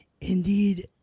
indeed